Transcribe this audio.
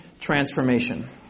transformation